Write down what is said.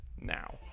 now